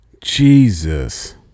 Jesus